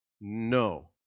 no